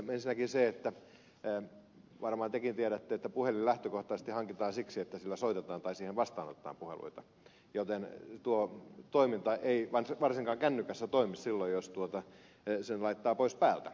ensinnäkin se että varmaan tekin tiedätte että puhelin lähtökohtaisesti hankitaan siksi että sillä soitetaan tai siihen vastaanotetaan puheluita joten tuo toiminta ei varsinkaan kännykässä toimi silloin jos sen laittaa pois päältä